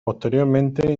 posteriormente